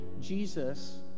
Jesus